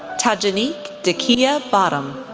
tajinique dekya bottom,